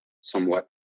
somewhat